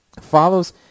follows